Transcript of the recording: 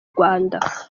rwanda